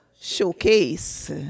showcase